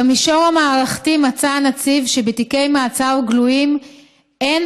במישור המערכתי מצא הנציב שבתיקי מעצר גלויים אין